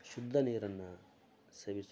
ಶುದ್ಧ ನೀರನ್ನು ಸೇವಿಸೋಣ